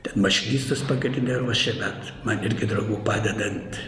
ten mašinistus pagrinde ruošė bet man irgi draugų padedant